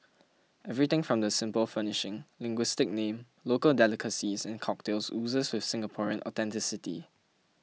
everything from the simple furnishing linguistic name local delicacies and cocktails oozes with Singaporean authenticity